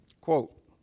Quote